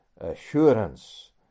assurance